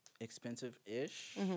expensive-ish